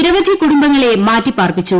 നിരവധി കുടുംബങ്ങളെ മാറ്റിപാർപ്പിച്ചു